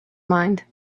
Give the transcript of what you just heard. mind